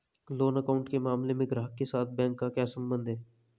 Loan account के मामले में ग्राहक के साथ बैंक का क्या संबंध है?